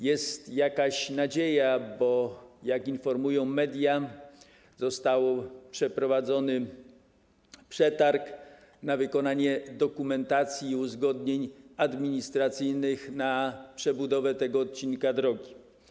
Jest jakaś nadzieja, bo jak informują media, został przeprowadzony przetarg na wykonanie dokumentacji i uzgodnień administracyjnych w zakresie przebudowy tego odcinka drogi.